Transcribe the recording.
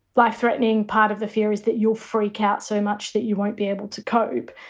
life threatening part of the fear is that you'll freak out so much that you won't be able to cope.